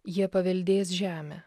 jie paveldės žemę